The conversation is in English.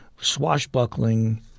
swashbuckling